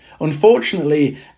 unfortunately